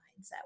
mindset